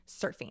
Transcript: surfing